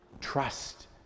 Trust